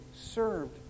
served